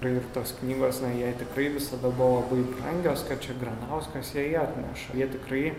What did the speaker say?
ir tos knygos jai na tikrai visada labai brangios kad čia granauskas jai atneša jie tikrai